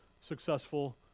successful